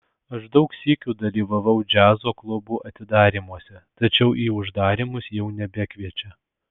aš daug sykių dalyvavau džiazo klubų atidarymuose tačiau į uždarymus jau nebekviečia